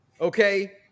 Okay